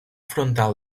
frontal